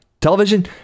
television